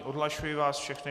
Odhlašuji vás všechny.